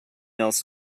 else